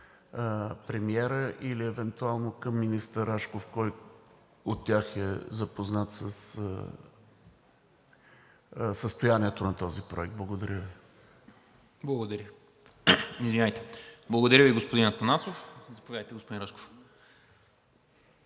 към премиера или евентуално към министър Рашков, който от тях е запознат със състоянието на този проект. Благодаря Ви. ПРЕДСЕДАТЕЛ НИКОЛА МИНЧЕВ: Благодаря Ви, господин Атанасов. Заповядайте, господин Рашков.